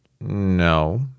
No